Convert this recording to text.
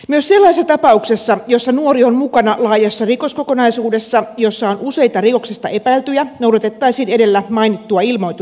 myös sellaisessa tapauksessa jossa nuori on mukana laajassa rikoskokonaisuudessa jossa on useita rikoksesta epäiltyjä noudatettaisiin edellä mainittua ilmoitusaikaa